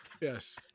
Yes